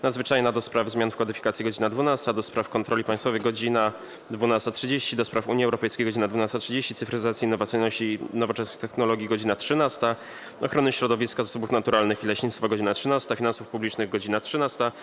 Nadzwyczajnej do spraw zmian w kodyfikacjach - godz. 12, - do Spraw Kontroli Państwowej - godz. 12.30, - do Spraw Unii Europejskiej - godz. 12.30, - Cyfryzacji, Innowacyjności i Nowoczesnych Technologii - godz. 13, - Ochrony Środowiska, Zasobów Naturalnych i Leśnictwa - godz. 13, - Finansów Publicznych - godz. 13.30,